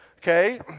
Okay